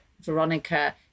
Veronica